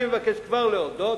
אני כבר מבקש להודות,